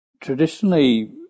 Traditionally